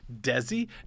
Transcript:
desi